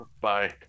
Bye